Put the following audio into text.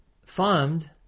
farmed